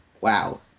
Wow